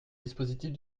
dispositifs